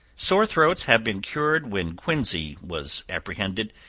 sore throats have been cured when quinsy was apprehended,